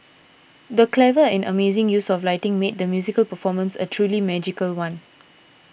the clever and amazing use of lighting made the musical performance a truly magical one